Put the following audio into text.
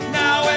now